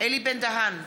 אלי בן-דהן,